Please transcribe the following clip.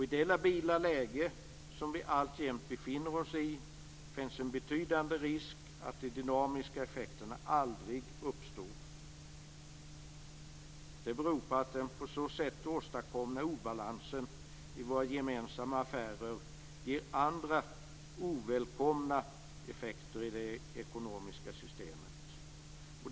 I det labila läge som vi alltjämt befinner oss i finns en betydande risk att de dynamiska effekterna aldrig uppstår. Det beror på att den på så sätt åstadkomna obalansen i våra gemensamma affärer ger andra ovälkomna effekter i det ekonomiska systemet.